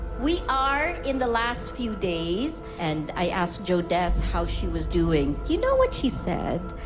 we are in the last few days and i asked jodez how she was doing. you know what she said?